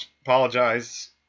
apologize